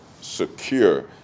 secure